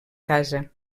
casa